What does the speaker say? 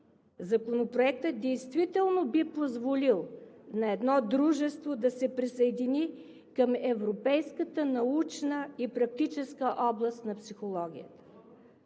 Законопроектът действително би позволил на едно дружество да се присъедини към европейската научна и практическа област на психологията